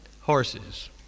Horses